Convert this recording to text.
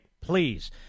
please